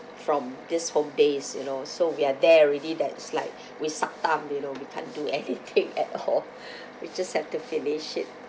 from these whole days you know so we are there already that is like we suck thumb you know we can't do anything at all we just have to finish it